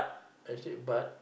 I said but